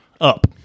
up